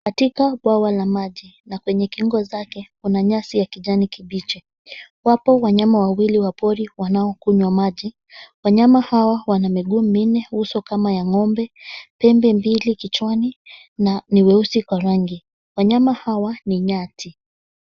Katika bwawa la maji na kwenye kingo zake, kuna nyasi ya kijani kibichi. Wapo wanyama wawili; wanaokunywa maji. Wanyama hawa wana miguu minne, uso kama ya ng'ombe pembe mbili kichwani na ni weusi kwa rangi. Wanyama hawa ni nyati.